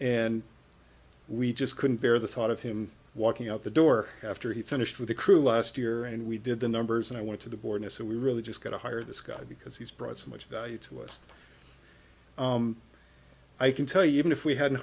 and we just couldn't bear the thought of him walking out the door after he finished with the crew last year and we did the numbers and i went to the board and so we really just got to hire this guy because he's brought so much value to us i can tell you even if we had